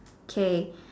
K